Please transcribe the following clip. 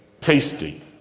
Tasty